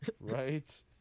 Right